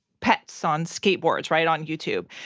pets on skateboards, right, on youtube.